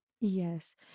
yes